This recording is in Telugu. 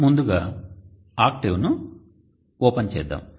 ముందుగా OCTAVE ను ఓపెన్ చేద్దాం